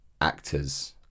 actors